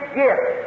gift